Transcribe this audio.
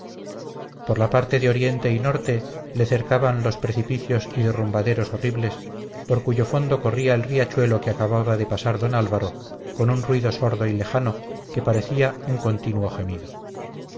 por la parte de oriente y norte le cercaban los precipicios y derrumbaderos horribles por cuyo fondo corría el riachuelo que acababa de pasar don álvaro con un ruido sordo y lejano que parecía un continuo gemido